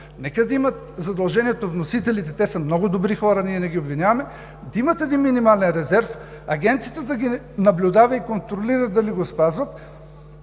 да имат задължението. Те са много добри хора и ние не ги обвиняваме. Да имат един минимален резерв. Агенцията да ги наблюдава и контролира дали го спазват.